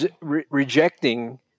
rejecting